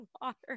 water